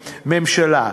לממשלה.